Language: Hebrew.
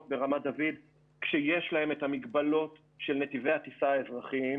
ברמת דוד כשיש להם את המגבלות של נתיבי הטיסה האזרחיים.